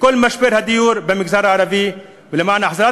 לכל משבר הדיור במגזר הערבי ולמען החזרת